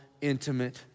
intimate